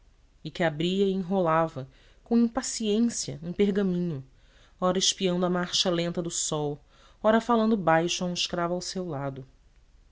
e que abria e enrolava com impaciência um pergaminho ora espiando a marcha lenta do sol ora falando baixo a um escravo ao seu lado